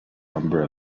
number